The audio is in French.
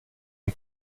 une